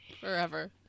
forever